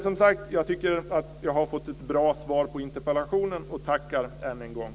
Jag tycker att jag har fått ett bra svar på interpellationen och tackar än en gång.